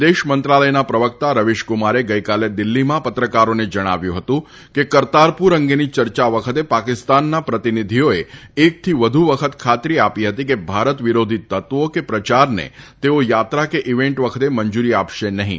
વિદેશ મંત્રાલયના પ્રવક્તા રવિશક્રમારે ગઈકાલે દિલ્હીમાં પત્રકારોને જણાવ્યું હતું કે કરતારપુર અંગેની ચર્ચા વખતે પાકિસ્તાનના પ્રતિનિધિઓએ એકથી વધુ વખત ખાતરી આપી હતી કે ભારત વિરોધી તત્વો કે પ્રયારને તેઓ યાત્રા કે ઈવેન્ટ વખતે મંજુરી આપશે નહીં